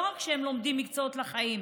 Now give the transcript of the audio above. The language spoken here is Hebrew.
לא רק שהם לומדים מקצועות לחיים,